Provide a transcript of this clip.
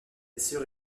assure